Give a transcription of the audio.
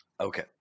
Okay